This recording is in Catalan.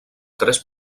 tres